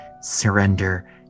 surrender